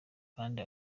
kandi